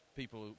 people